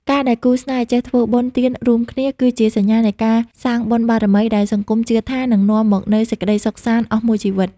ការដែលគូស្នេហ៍ចេះ "ធ្វើបុណ្យទានរួមគ្នា" គឺជាសញ្ញានៃការសាងបុណ្យបារមីដែលសង្គមជឿថានឹងនាំមកនូវសេចក្ដីសុខសាន្តអស់មួយជីវិត។